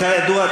כידוע,